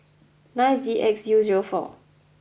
nine Z X U zero four